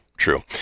True